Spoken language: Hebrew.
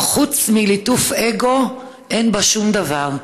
חוץ מליטוף אגו אין בה שום דבר.